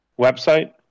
website